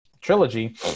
trilogy